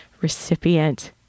recipient